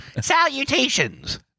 Salutations